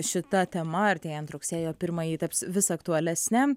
šita tema artėjant rugsėjo pirmajai taps vis aktualesne